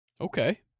Okay